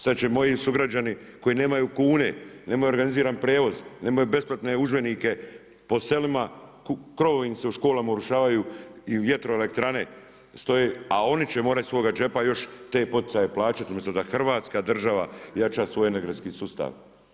Sad će moji sugrađani koji nemaju kune, nemaju organiziran prijevoz, nemaju besplatne udžbenike po selima, krovovi im se u školama urušavaju i vjetroelektrane stoje, a oni će morati iz svoga džepa još te poticaje plaćati umjesto da Hrvatska država jača svoj energetski sustav.